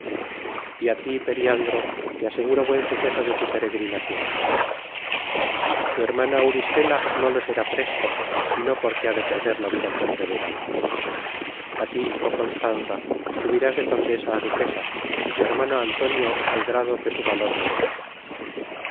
y á tí periandro te aseguro buen suceso de tu peregrinacion tu hermana auristela no lo será presto y no porque ha de perder la vida con brevedad á tí oh constanza subirás de condesa á duquesa y tu hermano antonio al grado que su valor merece